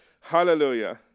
Hallelujah